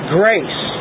grace